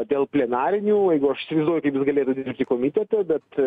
dėl plenarinių jeigu aš įsivaizduoju kaip jis galėtų dirbti komitete bet